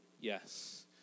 Yes